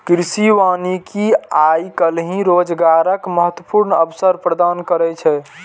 कृषि वानिकी आइ काल्हि रोजगारक महत्वपूर्ण अवसर प्रदान करै छै